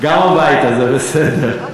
הביתה, זה בסדר.